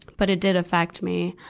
but it did affect me.